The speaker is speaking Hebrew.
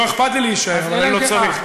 לא אכפת לי להישאר, אבל אני לא צריך.